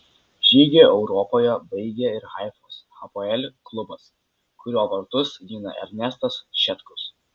žygį europoje baigė ir haifos hapoel klubas kurio vartus gina ernestas šetkus